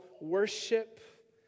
worship